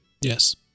yes